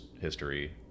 history